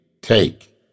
take